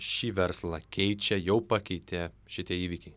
šį verslą keičia jau pakeitė šitie įvykiai